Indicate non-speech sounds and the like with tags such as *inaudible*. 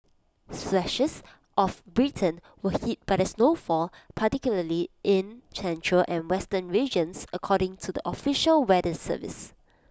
swathes of Britain *unintelligible* hit by the snowfall particularly in central and western regions according to the official weather service